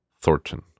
Thornton